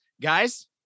Guys